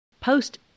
post